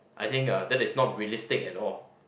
I think uh that is not realistic at all